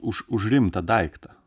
už už rimtą daiktą